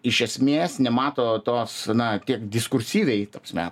iš esmės nemato tos na kiek diskursyviai ta prasme